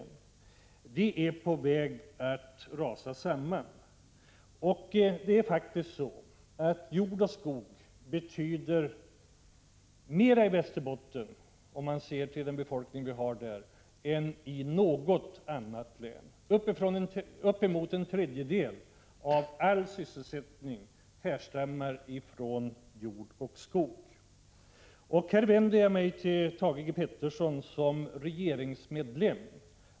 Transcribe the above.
Jordbruket är nämligen på väg att rasa samman. Det är faktiskt så, att jord och skog betyder mera i Västerbotten — om man ser till befolkningen där — än i något annat län. Uppemot en tredjedel av all sysselsättning härstammar från just jord och skog. Jag vänder mig nu till Thage Peterson i dennes egenskap av regeringsmedlem.